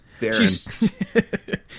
Darren